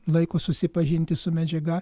laiko susipažinti su medžiaga